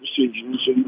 decisions